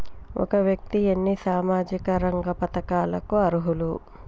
ఒక వ్యక్తి ఎన్ని సామాజిక రంగ పథకాలకు అర్హులు?